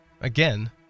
Again